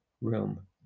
room